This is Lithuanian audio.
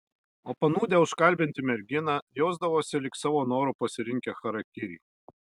o panūdę užkalbinti merginą jausdavosi lyg savo noru pasirinkę charakirį